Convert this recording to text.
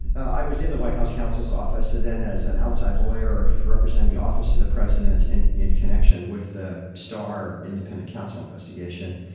i was in the white house counsel's office then as an outside lawyer, represent the office of the president and in connection with the starr independent counsel investigation,